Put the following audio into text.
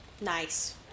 Nice